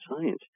science